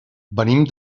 venim